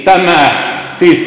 tämä